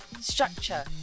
structure